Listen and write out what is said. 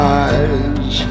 eyes